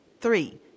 three